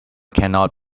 cannot